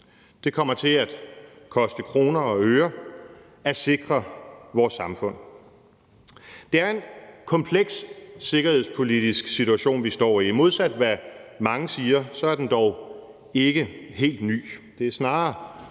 Det kommer til at koste kroner og øre at sikre vores samfund. Det er en kompleks sikkerhedspolitisk situation, vi står i. Modsat af hvad mange siger, er den dog ikke helt ny.